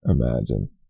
Imagine